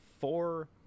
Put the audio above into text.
four